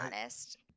honest